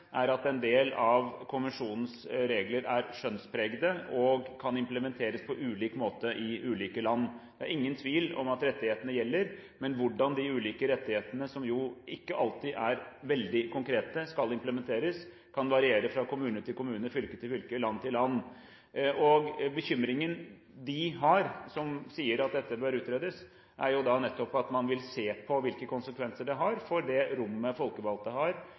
er at en del av konvensjonens regler er skjønnspregede og kan implementeres på ulik måte i ulike land. Det er ingen tvil om at rettighetene gjelder, men hvordan de ulike rettighetene, som jo ikke alltid er veldig konkrete, skal implementeres, kan variere fra kommune til kommune, fra fylke til fylke og fra land til land. Bekymringen de har, de som sier at dette bør utredes, går jo nettopp på hvilke konsekvenser det har for det rommet folkevalgte har